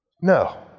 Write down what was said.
No